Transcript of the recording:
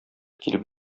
килеп